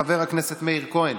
חבר הכנסת מאיר כהן,